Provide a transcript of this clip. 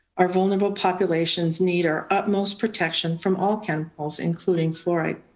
our vulnerable populations need our utmost protection from all chemicals, including fluoride.